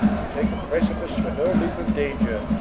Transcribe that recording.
you take a precepit for no leape of danger,